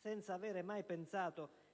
senza avere mai pensato